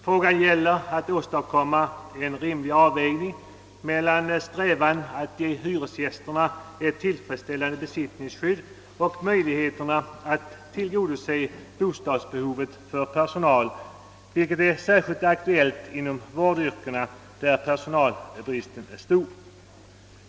Frågan gäller att åstadkomma en rimlig avvägning mellan strävan att ge hyresgästerna ett tillfredsställande <besittningsskydd och möjligheterna att tillgodose bostadsbehovet för personal, vilket är särskilt aktuellt inom vårdyrkena, där personal bristen är stor.